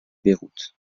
beyrouth